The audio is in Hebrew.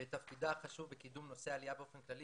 ואת תפקידה החשוב בקידום נושא העלייה באופן כללי